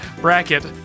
bracket